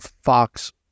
Fox